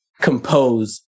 compose